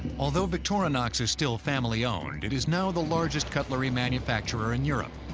although victorinox is still family-owned, it is now the largest cutlery manufacturer in europe,